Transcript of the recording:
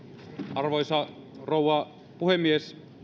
arvoisa rouva puhemies